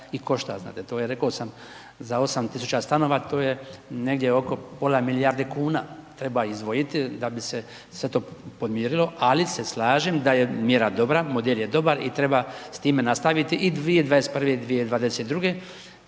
i košta. Znate to je, rekao sam za 8 tisuća stanova to je negdje oko pola milijarde kuna treba izdvojiti da bi se sve to podmirilo ali se slažem da je mjera dobra, model je dobar i treba s time nastaviti i 2021., 2022.,